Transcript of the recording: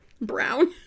Brown